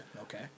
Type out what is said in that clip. Okay